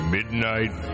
Midnight